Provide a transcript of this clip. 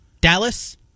Dallas